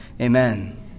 Amen